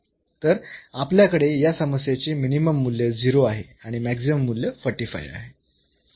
तर आपल्याकडे या समस्येचे मिनिमम मूल्य 0 आहे आणि मॅक्सिमम मूल्य 45 आहे